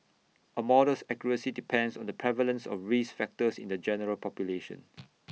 A model's accuracy depends on the prevalence of risk factors in the general population